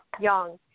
young